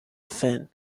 fin